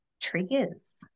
triggers